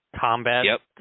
Combat